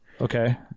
Okay